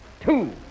two